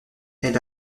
elle